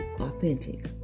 authentic